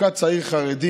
הוכה צעיר חרדי